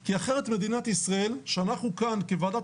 כי אחרת מדינת ישראל שאנחנו כאן כוועדת